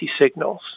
signals